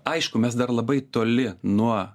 aišku mes dar labai toli nuo